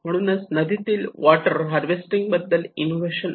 म्हणूनच नदीतील water harvesting बद्दल इनोव्हेशन आहे